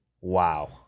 Wow